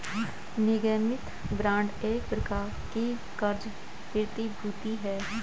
निगमित बांड एक प्रकार की क़र्ज़ प्रतिभूति है